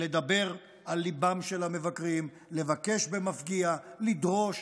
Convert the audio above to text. לדבר על ליבם של המבקרים, לבקש במפגיע, לדרוש,